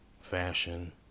fashion